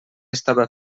estava